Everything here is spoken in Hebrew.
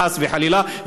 חס וחלילה,